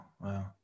wow